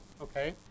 Okay